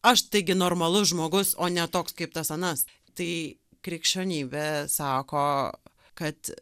aš taigi normalus žmogus o ne toks kaip tas anas tai krikščionybė sako kad